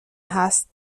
هست